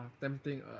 tempting